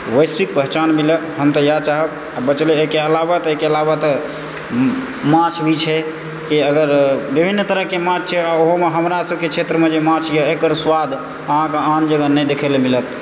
वैश्विक पहचान मिलै हम तऽ इएह चाहब आओर बचलै एहिके अलावा तऽ एहिके अलावा तऽ माछ भी छै कि अगर विभिन्न तरहके माछ छै ओहूमे हमरा सभके क्षेत्रमे जे माछ यऽ एकर स्वाद अहाँके आन जगह नहि देखै लए मिलत